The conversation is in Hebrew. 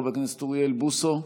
חבר הכנסת אוריאל בוסו,